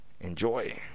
Enjoy